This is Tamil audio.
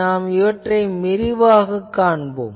நாம் இவற்றை மேலும் விரிவாகக் காண்போம்